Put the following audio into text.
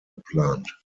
geplant